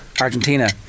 Argentina